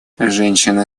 женщины